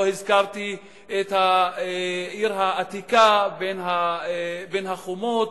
לא הזכרתי את העיר העתיקה בין החומות.